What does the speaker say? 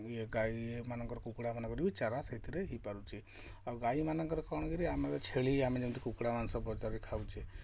ଇଏ ଗାଈମାନଙ୍କର କୁକୁଡ଼ାମାନଙ୍କର ବି ଚାରା ସେଇଥିରେ ହେଇପାରୁଛି ଆଉ ଗାଈମାନଙ୍କର କ'ଣ କି ରେ ଆମର ଛେଳି ଆମେ ଯେମିତି କୁକୁଡ଼ା ମାଂସ ବଜାରରେ ଖାଉଛେ